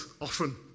often